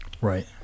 right